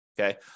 okay